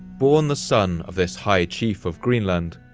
born the son of this high chief of greenland,